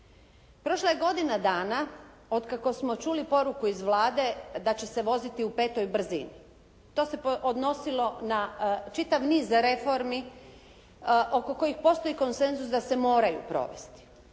Prošla je godina dana od kako smo čuli poruku iz Vlade da će se voziti u petoj brzini. To se odnosilo na čitav niz reformi oko kojih postoji konsenzus da se moraju provesti.